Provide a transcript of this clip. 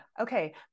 Okay